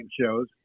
shows